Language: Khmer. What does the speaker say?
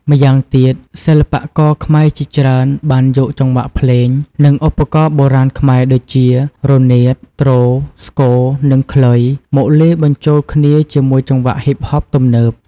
ម្យ៉ាងទៀត សិល្បករខ្មែរជាច្រើនបានយកចង្វាក់ភ្លេង និងឧបករណ៍បុរាណខ្មែរដូចជា រនាត ទ្រ ស្គរ និង ខ្លុយ មកលាយបញ្ចូលគ្នាជាមួយចង្វាក់ ហ៊ីបហប ទំនើប។